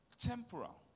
Temporal